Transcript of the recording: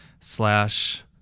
slash